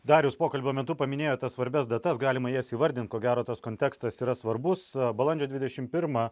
dar jūs pokalbio metu paminėjot tas svarbias datas galima jas įvardint ko gero tas kontekstas yra svarbus balandžio dvidešimt pirmą